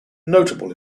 notable